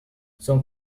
son